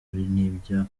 n’ibya